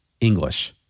English